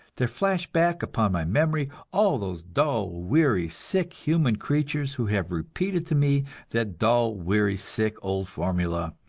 there flash back upon my memory all those dull, weary, sick human creatures, who have repeated to me that dull, weary, sick old formula,